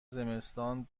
زمستان